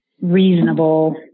reasonable